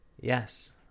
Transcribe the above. Yes